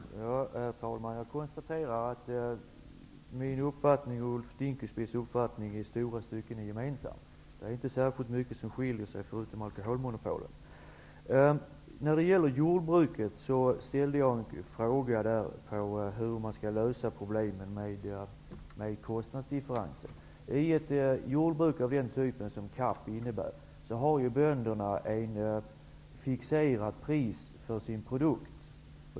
Herr talman! Jag konstaterar att min uppfattning och Ulf Dinkelspiels uppfattning i stora stycken är gemensam. Det är inte särskilt mycket som skiljer, förutom i fråga om alkoholmonopolen. När det gäller jordbruket ställde jag en fråga om hur man skall lösa problemet med kostnadsdifferenser. I ett jordbruk av den typ som CAP innebär har bönderna ett fixerat pris för sin produkt.